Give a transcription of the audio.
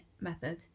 method